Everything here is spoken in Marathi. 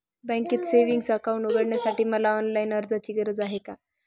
बँकेत सेविंग्स अकाउंट उघडण्यासाठी मला ऑनलाईन अर्जाची गरज आहे का?